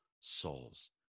souls